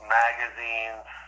magazines